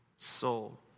Soul